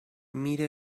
mira